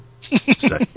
say